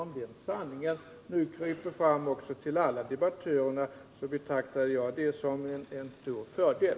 Om den sanningen nu kryper fram också till alla debattörerna betraktar jag det som en stor fördel.